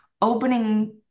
opening